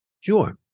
sure